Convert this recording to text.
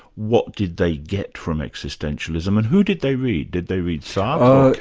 what did they get from existentialism and who did they read? did they read sartre,